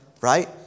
right